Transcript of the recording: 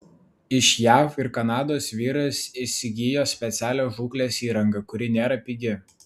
iš jav ir kanados vyras įsigijo specialią žūklės įrangą kuri nėra pigi